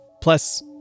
Plus